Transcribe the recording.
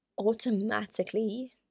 automatically